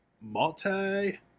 multi